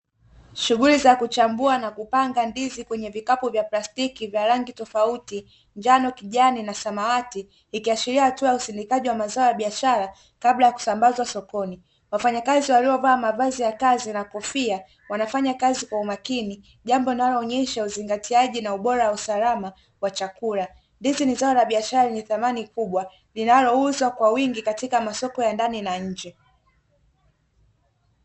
Shughuli za kuchambua na kupanga ndizi kwenye vikapu vya plastiki vya rangi tofauti njano, kijani na samawati ikiashiria hatua ya usindikaji wa mazao ya biashara kabla ya kusambazwa sokoni. Wafanyakazi waliovaa mavazi ya kazi na kofia wanafanya kazi kwa umakini jambo linaloonyesha uzingatiaji na ubora wa usalama wa chakula, ndizi ni zao la biashara lenye thamani kubwa linalouzwa kwa wingi katika masoko ya ndani na nje.